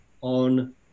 on